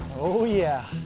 oh, yeah.